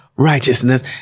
Righteousness